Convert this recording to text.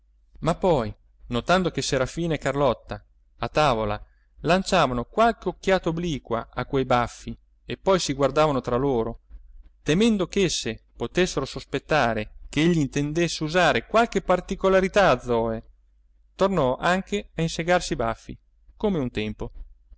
ma poi notando che serafina e carlotta a tavola lanciavano qualche occhiata obliqua a quei baffi e poi si guardavano tra loro temendo ch'esse potessero sospettare ch'egli intendesse usare qualche particolarità a zoe tornò anche a insegarsi i baffi come un tempo